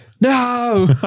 no